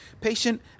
Patient